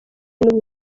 n’u